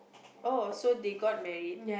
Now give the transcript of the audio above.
oh so they got married